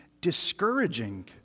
discouraging